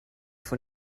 von